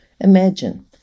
Imagine